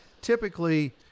typically